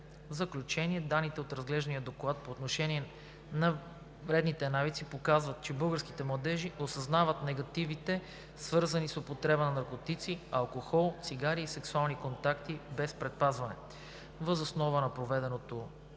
В заключение, данните от разглеждания доклад по отношение на вредните навици показват, че българските младежи осъзнават негативите, свързани с употреба на наркотици, алкохол, цигари и сексуални контакти без предпазване. Въз основа на проведеното